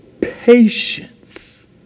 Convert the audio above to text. patience